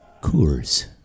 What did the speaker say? Coors